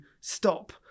stop